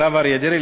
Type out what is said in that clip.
הרב אריה דרעי,